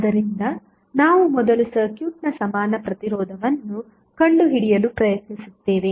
ಆದ್ದರಿಂದ ನಾವು ಮೊದಲು ಸರ್ಕ್ಯೂಟ್ನ ಸಮಾನ ಪ್ರತಿರೋಧವನ್ನು ಕಂಡುಹಿಡಿಯಲು ಪ್ರಯತ್ನಿಸುತ್ತೇವೆ